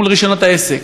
מול רישיונות העסק.